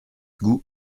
goût